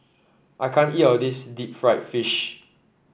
I can't eat all of this Deep Fried Fish